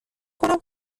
کنم